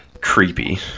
creepy